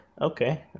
Okay